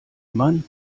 mann